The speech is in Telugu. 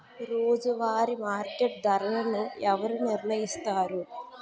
రోజువారి మార్కెట్ ధరలను ఎవరు నిర్ణయిస్తారు?